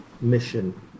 mission